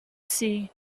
see